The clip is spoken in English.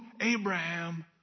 Abraham